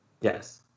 Yes